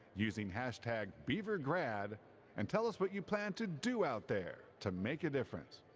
using hashtag beaver grad and tell us what you plan to do out there, to make a difference.